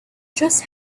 just